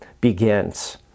begins